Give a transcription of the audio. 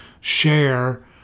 share